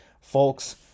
folks